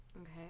Okay